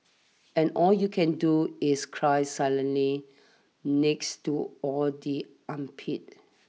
and all you can do is cry silently next to all the armpits